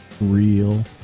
real